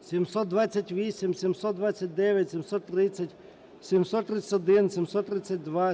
728, 729, 730, 731, 732, 733, 734,